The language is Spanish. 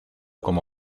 como